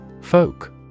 Folk